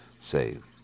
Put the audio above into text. save